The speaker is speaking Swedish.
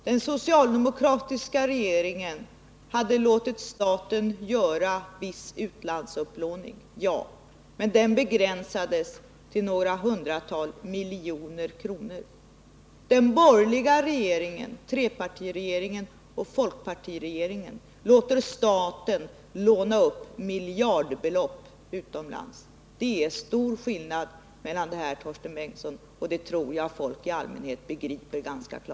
Den socialdemokratiska regeringen hade låtit staten göra en viss utlandsupplåning, men den begränsades till några hundratal miljoner kronor. Den borgerliga trepartiregeringen och folkpartiregeringen låter staten låna miljardbelopp utomlands. Det är stor skillnad, och det tror jag folk i allmänhet begriper ganska bra.